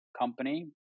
company